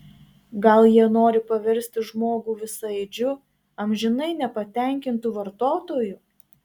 gal jie nori paversti žmogų visaėdžiu amžinai nepatenkintu vartotoju